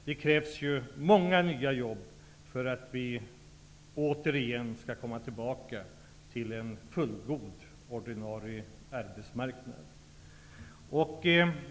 Det krävs många nya jobb för att vi skall komma tillbaka till en fullgod ordinarie arbetsmarknad.